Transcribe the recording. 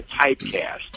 typecast